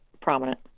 prominent